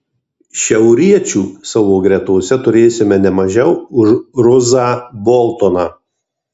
šiauriečių savo gretose turėsime ne mažiau už ruzą boltoną